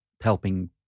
helping